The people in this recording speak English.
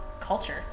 culture